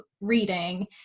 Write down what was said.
reading